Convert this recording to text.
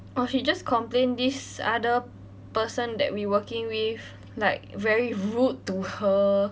or she just complain this other person that we working with like very rude to her